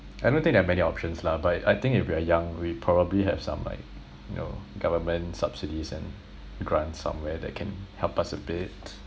I don't think there are many options lah but I think if you are young we probably have some like you know government subsidies and grants somewhere that can help us a bit